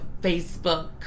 Facebook